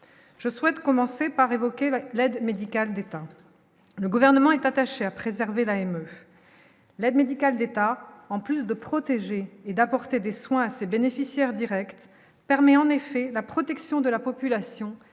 je souhaite commencer par évoquer l'aide médicale d'État, le gouvernement est attaché à préserver la même l'aide médicale d'État, en plus de protéger et d'apporter des soins ces bénéficiaires Directs permet, en effet, la protection de la population